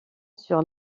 sur